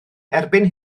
erbyn